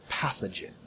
pathogen